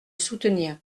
soutenir